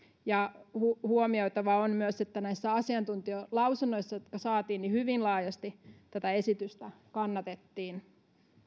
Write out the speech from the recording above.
huomioitavaa on myös että näissä asiantuntijalausunnoissa jotka saatiin hyvin laajasti tätä esitystä kannatettiin